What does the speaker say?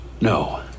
No